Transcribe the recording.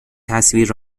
تصویر